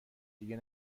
دیگه